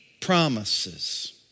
Promises